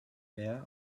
mehr